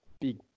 big